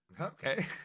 Okay